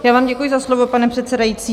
Já vám děkuji za slovo, pane předsedající.